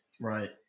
Right